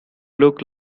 look